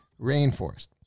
rainforest